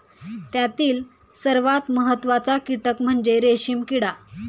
त्यातील सर्वात महत्त्वाचा कीटक म्हणजे रेशीम किडा